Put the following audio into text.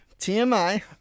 TMI